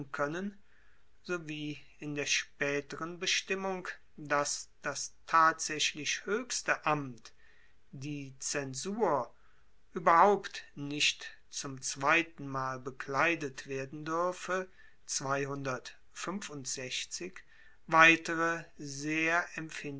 koennen sowie in der spaeteren bestimmung dass das tatsaechlich hoechste amt die zensur ueberhaupt nicht zum zweitenmal bekleidet werden duerfe weitere sehr